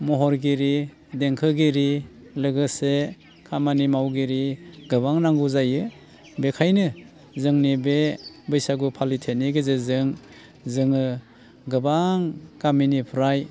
महरगिरि देंखोगिरि लोगोसे खामानि मावगिरि गोबां नांगौ जायो बेखायनो जोंनि बे बैसागु फालिथायनि गेजेरजों जोङो गोबां गामिनिफ्राय